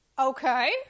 Okay